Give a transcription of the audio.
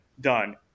done